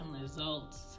results